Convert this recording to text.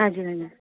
हजुर